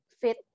fit